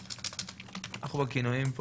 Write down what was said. אני מנהל את